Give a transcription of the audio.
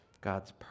God's